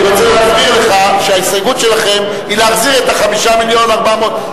אני רוצה להסביר לך שההסתייגות שלכם היא להחזיר את 5.4 המיליון.